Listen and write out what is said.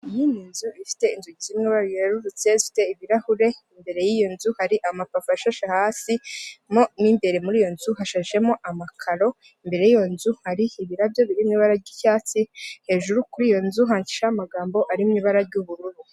Iyi ni inzu ifite inzugi ziri mu ibara ryerurutse zifite ibirahure, imbere y'iyi nzu hari amapave ashashe hasi, mo mu imbere muri iyo nzu hashashemo amakaro, imbere y'iyo nzu hari ibirabyo biri mu ibara ry'icyatsi, hejuru kuri iyo nzu handikishijeho amagambo ari mu ibara ry'ubururu.